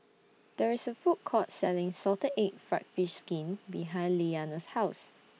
There IS A Food Court Selling Salted Egg Fried Fish Skin behind Leanna's House